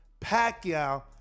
Pacquiao